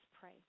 pray